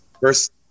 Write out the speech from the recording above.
first